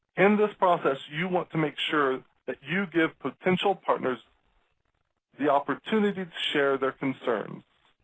in this process you want to make sure that you give potential partners the opportunity to share their concerns